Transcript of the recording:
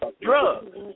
drugs